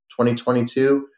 2022